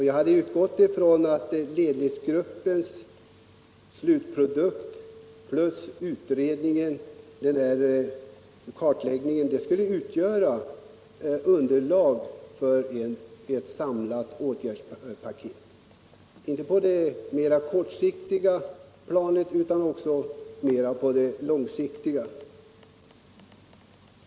Jag har utgått från att ledningsgruppens slutprodukt, utredningen plus kartläggningen, skulle utgöra underlag för ett samlat åtgärdspaket inte bara kortsiktigt utan också långsiktigt.